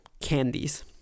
candies